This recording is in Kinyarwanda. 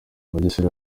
bugesera